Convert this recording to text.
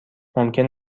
ممکن